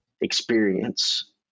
experience